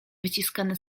wyciskany